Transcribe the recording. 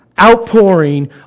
outpouring